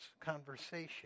conversation